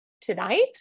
tonight